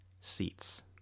seats